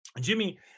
Jimmy